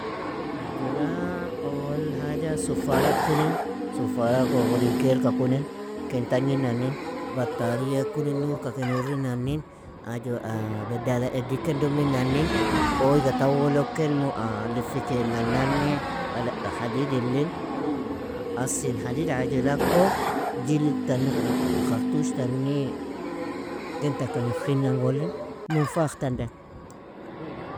Ajula, اول حاجة sufarak kunin, sufarakg awolin kailka kunin, kin tagninnani, batariya kunin, nurka kin urrinannin, ajo bedala eddi ken dominannin, oyga tawolog ken lifikenannanei, bala_hadidilin, asin hadid ajulako, jilidtani, khartushtani, ken taka nefkhinango lin munfakh tan dan.